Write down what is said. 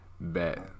Bet